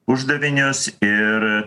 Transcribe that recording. uždavinius ir